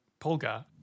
Polgar